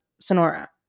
Sonora